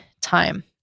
time